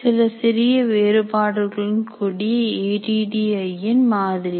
சில சிறிய வேறுபாடுகளுடன் கூடிய ஏ டி டி ஐ இன் மாதிரியை